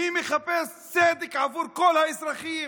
מי מחפש צדק עבור כל האזרחים?